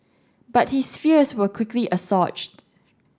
but his fears were quickly assuaged